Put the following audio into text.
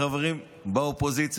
חברים באופוזיציה,